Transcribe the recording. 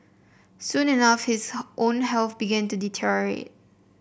soon enough his own health began to deteriorate